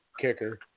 kicker